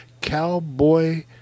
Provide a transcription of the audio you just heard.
Cowboy